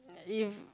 if